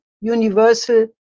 universal